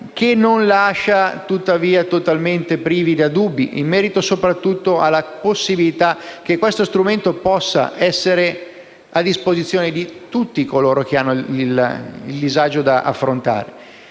non lascia totalmente privi da dubbi, in merito soprattutto alla possibilità che questo strumento possa essere a disposizione di tutti coloro che hanno il disagio da affrontare.